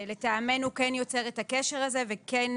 שלטעמנו כן יוצר את הקשר הזה וכן